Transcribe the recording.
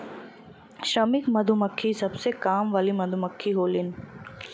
श्रमिक मधुमक्खी सबसे काम वाली मधुमक्खी होलीन